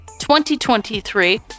2023